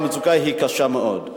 המצוקה היא קשה מאוד.